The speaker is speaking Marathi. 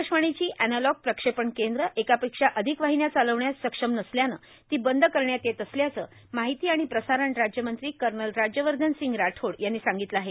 आकाशवाणीची एनालॉग प्रक्षेपण केंद्रं एकापेक्षा अधिक वाहिन्या चालवण्यास सक्षम नसल्यानं ती बंद करण्यात येत असल्याचं माहिती प्रसारण राज्यमंत्री कर्नल राज्यवर्धनसिंह राठोड यांनी सांगितलं आहे